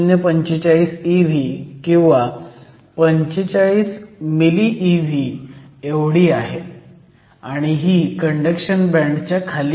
045 eV किंवा 45 meV एवढी आहे आणि ही कंडक्शन बँडच्या खाली आहे